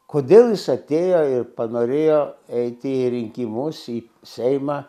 kodėl jis atėjo ir panorėjo eiti į rinkimus į seimą